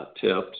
tips